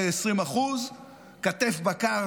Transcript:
כתף בקר,